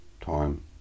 time